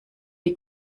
die